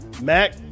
Mac